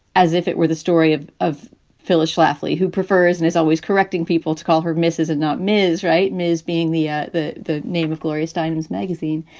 as if it were the story of of phyllis schlafly, who prefers and is always correcting people to call her mrs. and not mrs. right and is being the ah the the name of gloria steinem's magazine.